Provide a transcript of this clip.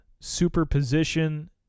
superposition